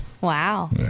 Wow